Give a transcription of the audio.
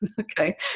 Okay